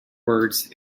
words